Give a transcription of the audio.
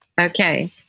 Okay